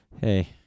hey